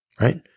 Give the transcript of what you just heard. right